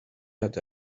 had